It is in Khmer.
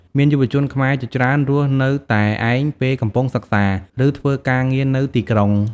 មានយុវជនខ្មែរជាច្រើនរស់នៅតែឯងពេលកំពុងសិក្សា ឬធ្វើការងារនៅទីក្រុង។